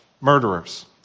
murderers